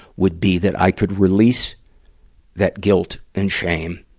would be that i could release that guilt and shame,